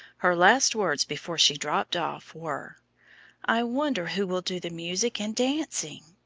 her last words before she dropped off were i wonder who will do the music and dancing!